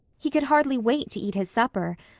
he could hardly wait to eat his supper.